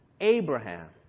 Abraham